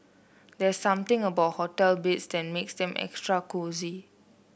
there's something about hotel beds that makes them extra cosy